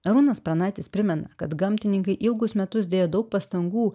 arūnas pranaitis primena kad gamtininkai ilgus metus dėjo daug pastangų